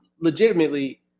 legitimately